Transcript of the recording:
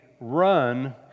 run